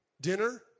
Dinner